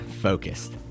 Focused